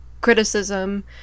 criticism